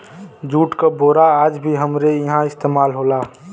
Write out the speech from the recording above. jute क बोरा आज भी हमरे इहां इस्तेमाल होला